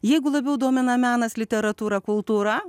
jeigu labiau domina menas literatūra kultūra